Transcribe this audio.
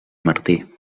martí